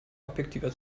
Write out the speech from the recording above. objektiver